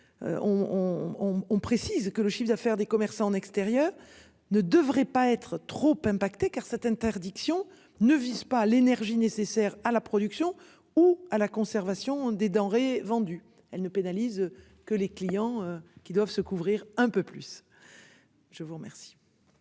on précise que le chiffre d'affaires des commerçants en extérieur ne devrait pas être trop impacter car cette interdiction ne vise pas l'énergie nécessaire à la production ou à la conservation des denrées vendues elle ne pénalise que les clients qui doivent se couvrir un peu plus. Je vous remercie.